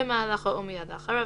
במהלכו ומיד לאחריו,